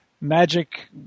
Magic